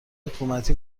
حکومتی